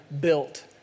built